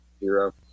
Hero